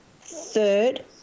third